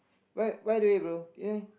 by by the way bro